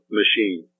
machine